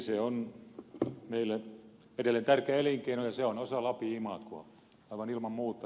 se on meille edelleen tärkeä elinkeino ja se on osa lapin imagoa aivan ilman muuta